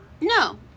no